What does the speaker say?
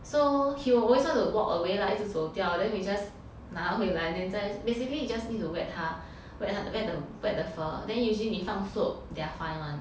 so he will always want to walk away lah 一直走掉 then we just 拿它回来 then 再 basically you just need to wet 它 wet 它 wet the wet the fur then usually 你放 soap they're fine [one]